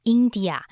India